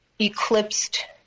eclipsed